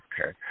Okay